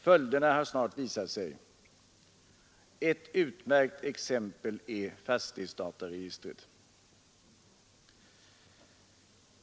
Följderna har snart visat sig. Ett utmärkt exempel härvidlag är fastighetsdataregistret.